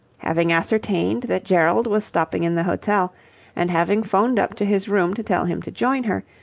having ascertained that gerald was stopping in the hotel and having phoned up to his room to tell him to join her,